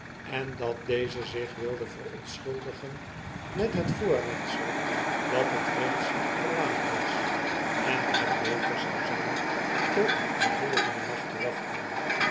en dat deze zich wilde verontschuldigen met het voorwendsel dat het reeds te laat was en het beter zou zyn tot den volgenden nacht te wachten